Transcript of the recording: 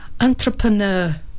entrepreneur